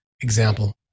example